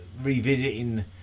revisiting